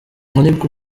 ariko